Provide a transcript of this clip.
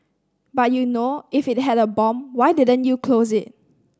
but you know if it had a bomb why didn't you close it